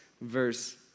verse